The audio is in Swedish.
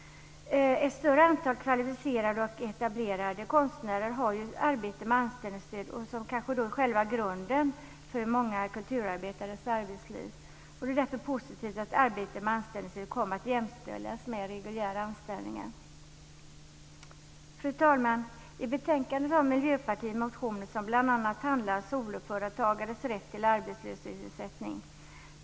Ett större antal kvalificerade och etablerade konstnärer har arbete med anställningsstöd. Det är i själva verket grunden i många kulturarbetares arbetsliv. Det är därför positivt att arbete med anställningsstöd kommer att jämställas med reguljära anställningar. Fru talman! I betänkandet behandlas motioner från Miljöpartiet som handlar om bl.a. soloföretagares rätt till arbetslöshetsersättning.